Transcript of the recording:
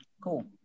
Cool